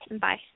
Bye